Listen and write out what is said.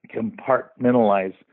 compartmentalize